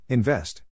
Invest